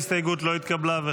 ההסתייגות לא התקבלה.